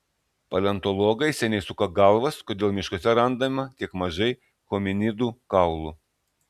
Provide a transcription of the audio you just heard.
paleontologai seniai suka galvas kodėl miškuose randama tiek mažai hominidų kaulų